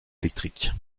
électrique